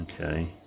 Okay